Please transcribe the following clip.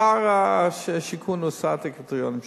בא שר השיכון ועשה את הקריטריונים שלו.